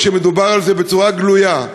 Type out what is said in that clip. כשמדובר על זה בצורה גלויה,